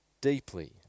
deeply